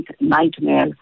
nightmare